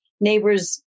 neighbors